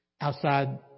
outside